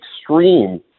extreme